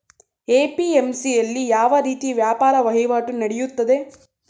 APMC ಯಲ್ಲಿ ಯಾವ ರೀತಿ ವ್ಯಾಪಾರ ವಹಿವಾಟು ನೆಡೆಯುತ್ತದೆ?